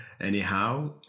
Anyhow